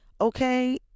okay